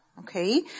Okay